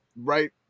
right